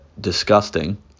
disgusting